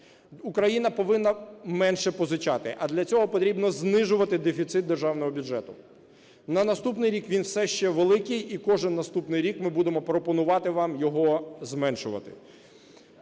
Україна повинна менше позичати, а для цього потрібно знижувати дефіцит державного бюджету. На наступний рік він все ще великий, і кожен наступний рік ми будемо пропонувати вам його зменшувати.